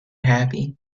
happy